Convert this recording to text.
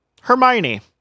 Hermione